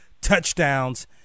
touchdowns